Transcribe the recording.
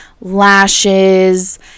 lashes